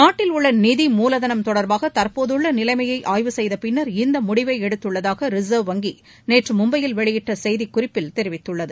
நாட்டில் உள்ள நிதி மூலதனம் தொடர்பாக தற்போதுள்ள நிலைமையை ஆய்வு செய்த பின்னர் இந்த முடிவை எடுத்துள்ளதாக ரிசர்வ் வங்கி நேற்று மும்பையில் வெளியிட்ட செய்திக்குறிப்பில் தெரிவித்துள்ளது